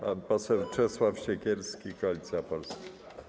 Pan poseł Czesław Siekierski, Koalicja Polska.